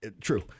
True